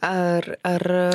ar ar